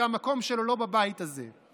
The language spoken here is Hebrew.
והמקום שלו לא בבית הזה.